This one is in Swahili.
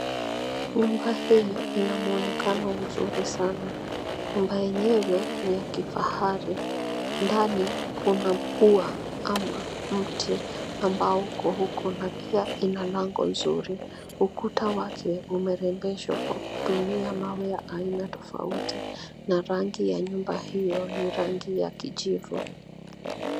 Nyumba hii ina muonekano mzuri sana. Nyumba yenyewe ni ya kifahari. Ndani kuna ua ama mti ambao uko huko na pia ina lango nzuri. Ukuta wake umerembeshwa kwa kutumia mawe ya aina tofauti na rangi ya nyumba hiyo ni rangi ya kijivu.